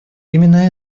именно